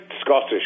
Scottish